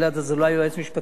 יועץ משפטי לסיעת ש"ס,